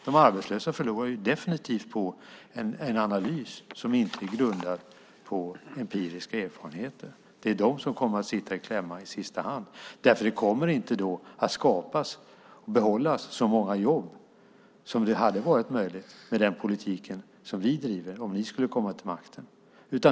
De arbetslösa förlorar definitivt på en analys som inte är grundad på empiriska erfarenheter och kommer att sitta i kläm i slutänden. Det kommer nämligen inte att skapas och behållas lika många jobb som är möjligt med den politik som vi driver om ni kommer till makten.